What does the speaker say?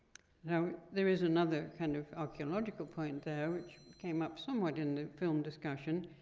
now, there is another kind of archaeological point though, which came up somewhat in the film discussion.